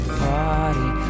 party